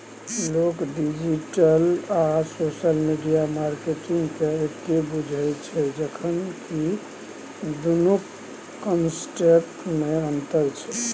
लोक डिजिटल आ social media मार्केटिंगकेँ एक्के बुझय छै जखन कि दुनुक कंसेप्टमे अंतर छै